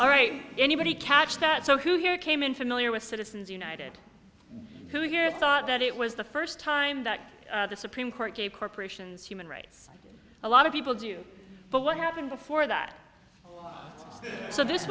all right anybody catch that so who here came in familiar with citizens united who here thought that it was the first time that the supreme court gave corporations human rights a lot of people do but what happened before that so this